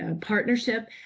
partnership